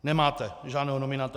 Nemáte žádného nominanta.